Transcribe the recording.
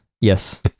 yes